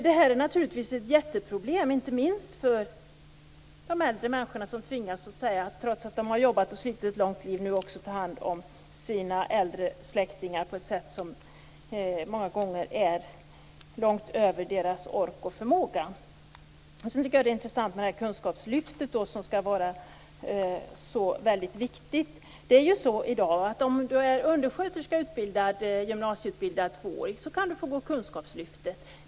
Detta är naturligtvis ett jätteproblem, inte minst för de äldre människorna, som trots att de har jobbat och slitit ett långt liv nu också tvingas att ta hand om sina äldre släktingar på ett sätt som många gånger går långt över deras ork och förmåga. Jag tycker att det är intressant med kunskapslyftet, som skall vara så väldigt viktigt. I dag är det så att om du är undersköterska med tvåårig gymnasieutbildning kan du få gå i kunskapslyftet.